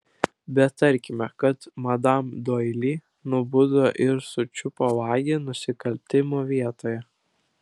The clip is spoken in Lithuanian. bet tarkime kad madam doili nubudo ir sučiupo vagį nusikaltimo vietoje